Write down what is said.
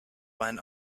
when